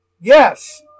yes